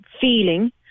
feeling